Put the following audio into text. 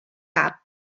cap